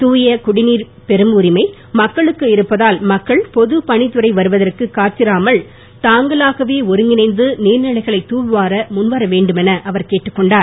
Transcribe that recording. தூய குடிநீர் பெறும் உரிமை மக்களுக்கு இருப்பதால் மக்கள் பொதுப் பணித்துறை வருவதற்கு காத்திராமல் தாங்களாகவே ஒருங்கிணைந்து நீர்நிலைகளை தூர் வார முன்வர வேண்டும் என அவர் கேட்டுக்கொண்டார்